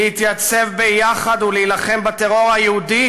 להתייצב ביחד ולהילחם בטרור היהודי